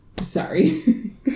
Sorry